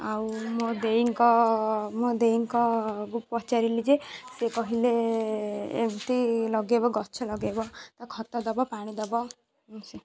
ଆଉ ମୋ ଦେଇଙ୍କ ମୋ ଦେଇଙ୍କ କୁ ପଚାରିଲି ଯେ ସେ କହିଲେ ଏମିତି ଲଗାଇବ ଗଛ ଲଗାଇବ ତ ଖତ ଦେବ ପାଣି ଦେବ